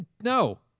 No